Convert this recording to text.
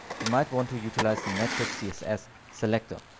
you might want to utilize the matches css selector.